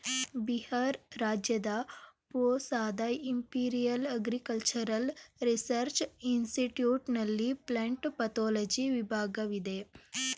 ಬಿಹಾರ್ ರಾಜ್ಯದ ಪೂಸಾದ imperial agricultural research institute ನಲ್ಲಿ ಪ್ಲಂಟ್ ಪತೋಲಜಿ ವಿಭಾಗವಿದೆ